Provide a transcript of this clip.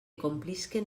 complisquen